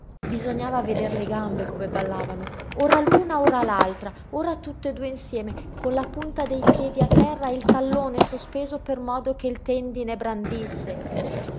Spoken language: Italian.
bisognava veder le gambe come ballavano ora l'una ora l'altra ora tutt'e due insieme con la punta dei piedi a terra e il tallone sospeso per modo che il tendine brandisse